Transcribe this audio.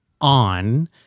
on